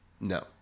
No